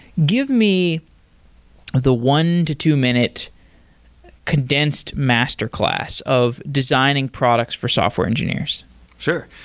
give me the one to two-minute condensed master class of designing products for software engineers sure.